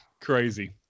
Crazy